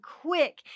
quick